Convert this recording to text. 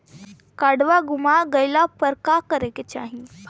काडवा गुमा गइला पर का करेके चाहीं?